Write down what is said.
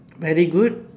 very good